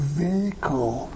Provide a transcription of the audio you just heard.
vehicle